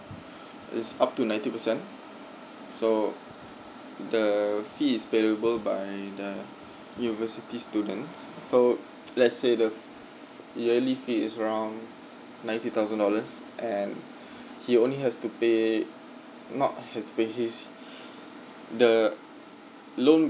it's up to ninety percent so the fee is payable by the univerity students so let's say the f~ yearly fee is around ninety thousand dollars and he only has to pay not have to pay he's the loan